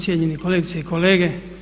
Cijenjeni kolegice i kolege.